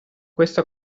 questo